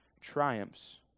triumphs